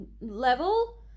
level